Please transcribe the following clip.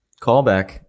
Callback